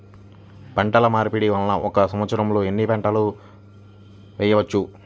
పంటమార్పిడి వలన ఒక్క సంవత్సరంలో ఎన్ని పంటలు వేయవచ్చు?